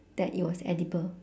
that it was edible